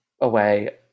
away